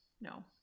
no